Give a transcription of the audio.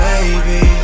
Baby